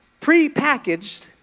Prepackaged